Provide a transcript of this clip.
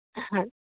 ਹਾਂ